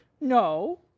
No